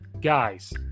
Guys